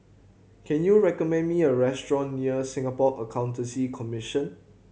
can you recommend me a restaurant near Singapore Accountancy Commission